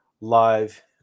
live